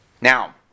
Now